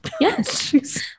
yes